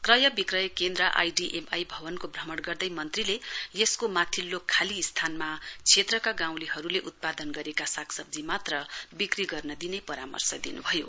क्रयविक्रयकेन्द्र ID M I भवनको भ्रमण गर्दै मन्त्रीले यसको माथिल्लो खाली स्थानमा श्वेत्रका गाँउलेहरुले उत्पादन गरेको साग सब्जी मात्र विक्री गर्न दिने परामर्श दिनुभयो